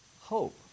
hope